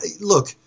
look